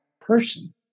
person